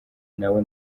nawe